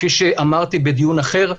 כפי שאמרתי בדיון אחר,